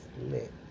lit